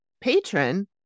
patron